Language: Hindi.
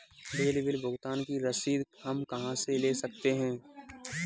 बिजली बिल भुगतान की रसीद हम कहां से ले सकते हैं?